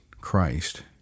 Christ